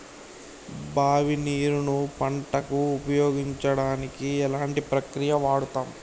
బావి నీరు ను పంట కు ఉపయోగించడానికి ఎలాంటి ప్రక్రియ వాడుతం?